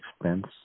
expense